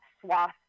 swath